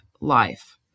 life